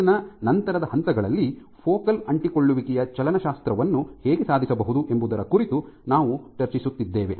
course courseನ ನಂತರದ ಹಂತಗಳಲ್ಲಿ ಫೋಕಲ್ ಅಂಟಿಕೊಳ್ಳುವಿಕೆಯ ಚಲನಶಾಸ್ತ್ರವನ್ನು ಹೇಗೆ ಸಾಧಿಸಬಹುದು ಎಂಬುದರ ಕುರಿತು ನಾವು ಚರ್ಚಿಸುತ್ತಿದ್ದೇವೆ